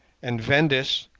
and vendis,